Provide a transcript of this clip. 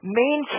main